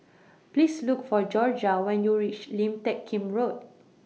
Please Look For Jorja when YOU REACH Lim Teck Kim Road